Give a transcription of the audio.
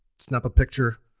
snap a picture,